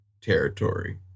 territory